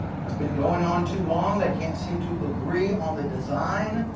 it's been going on too long, they can't seem to agree on the design,